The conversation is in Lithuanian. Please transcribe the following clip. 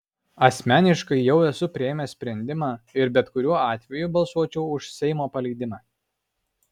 asmeniškai jau esu priėmęs sprendimą ir bet kuriuo atveju balsuočiau už seimo paleidimą